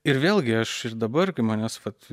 ir vėlgi aš ir dabar kai manęs vat